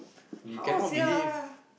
how sia